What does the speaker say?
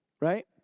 Right